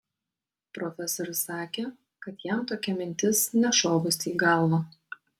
profesorius sakė kad jam tokia mintis nešovusi į galvą